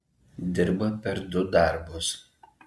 dirba per du darbus